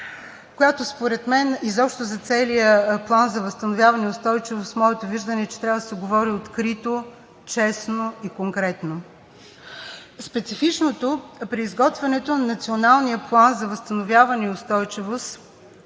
точка. Изобщо за целия План за възстановяване и устойчивост моето виждане е, че трябва да се говори открито, честно и конкретно. Специфичното при изготвянето на Националния план за възстановяване и устойчивост